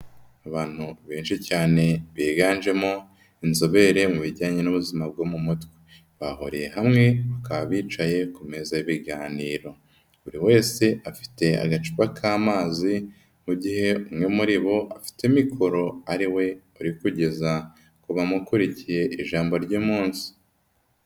Abantu benshi cyane biganjemo inzobere mu bijyanye n'ubuzima bwo mu mutwe. Bahuriye hamwe, bakaba bicaye ku meza y'ibiganiro. Buri wese afite agacupa k'amazi, mu gihe umwe muri bo afite mikoro, ari we uri kugeza ku bamukurikiye ijambo ry'umunsi.